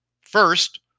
First